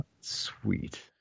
Sweet